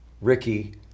Ricky